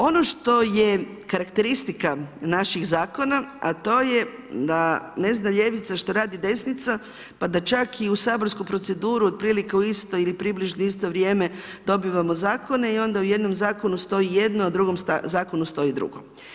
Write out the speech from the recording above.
Ono što je karakteristika naših zakona, a to je da ne zna ljevica što radi desnica pa da čak i u saborsku proceduru otprilike u isto ili u približno isto vrijeme dobivamo zakone i onda u jednom zakonu stoji jedno, a u drugom zakonu stoji drugo.